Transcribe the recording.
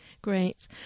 Great